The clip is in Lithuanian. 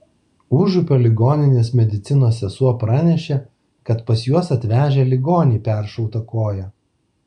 užupio ligoninės medicinos sesuo pranešė kad pas juos atvežę ligonį peršauta koja